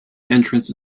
entrance